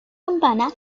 campana